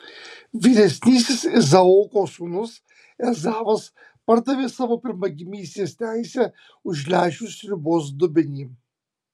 vyresnysis izaoko sūnus ezavas pardavė savo pirmagimystės teisę už lęšių sriubos dubenį